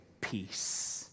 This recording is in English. peace